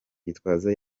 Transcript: gitwaza